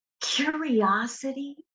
curiosity